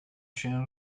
się